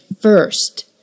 first